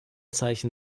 zeichen